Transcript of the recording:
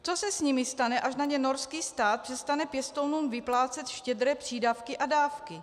Co se s nimi stane, až na ně norský stát přestane pěstounům vyplácet štědré přídavky a dávky?